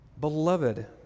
Beloved